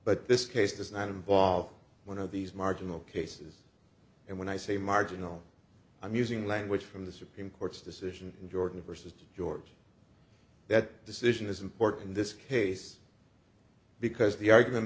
but this case does not involve one of these marginal cases and when i say marginal i'm using language from the supreme court's decision in jordan versus george that decision is important in this case because the argument